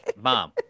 Mom